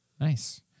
Nice